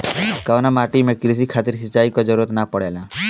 कउना माटी में क़ृषि खातिर सिंचाई क जरूरत ना पड़ेला?